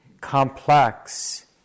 complex